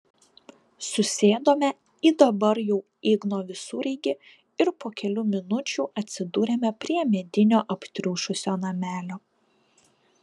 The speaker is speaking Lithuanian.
susėdome į dabar jau igno visureigį ir po kelių minučių atsidūrėme prie medinio aptriušusio namelio